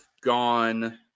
gone